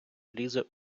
лізе